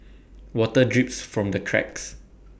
water drips from the cracks